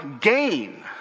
gain